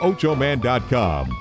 OchoMan.com